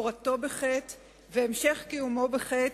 הורתו בחטא והמשך קיומו בחטא,